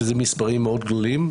זה מספרים מאוד גדולים.